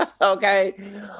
okay